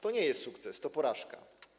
To nie jest sukces, to jest porażka.